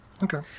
Okay